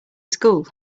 school